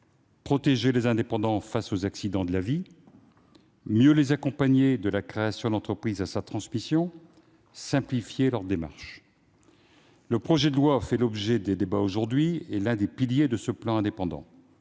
protéger les indépendants face aux accidents de la vie ; mieux accompagner ces professionnels, de la création de l'entreprise à sa transmission ; simplifier les démarches. Le projet de loi qui fait l'objet des débats d'aujourd'hui est l'un des piliers de ce plan Indépendants,